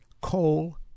coal